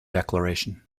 declaration